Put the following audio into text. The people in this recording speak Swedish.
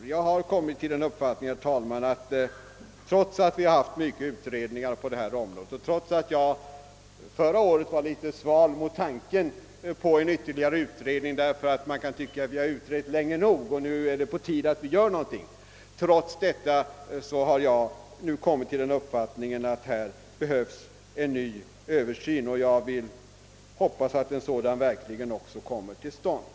Jag har, herr talman, kommit till den uppfattningen att det behövs en ny översyn, trots att vi haft många utredningar på detta område och trots att jag förra året var litet sval mot tanken på en ytterligare utredning, eftersom man kan tycka att vi utrett länge nog och att det är på tiden att göra någonting. Jag hoppas alltså att en sådan översyn verkligen kommer till stånd.